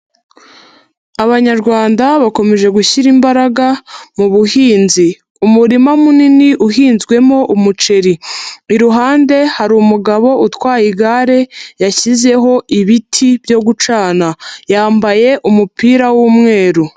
Abanyarwanda bakomeje gushyira imbaraga mu buhinzi, umurima munini uhinzwemo umuceri, iruhande hari umugabo utwaye igare yashyizeho ibiti byo gucana, yambaye umupira w'umweru.